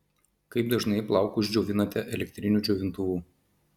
kaip dažnai plaukus džiovinate elektriniu džiovintuvu